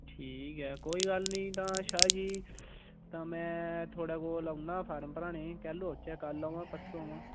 ठीक ऐ कोई गल्ल नेईं तां शाह जी तां में थोहाड़े कोल औना फार्म भरोआनै गी कैह्लूं औच्चे कल आवां परसो आवां